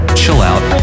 chill-out